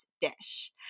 dish